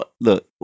Look